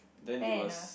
fair enough